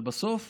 אבל בסוף